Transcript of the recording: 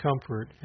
comfort